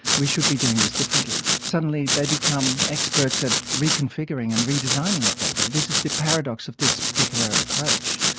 we should be doing this differently. suddenly they become experts at reconfiguring and redesigning what they do. this is the paradox of this particular approach.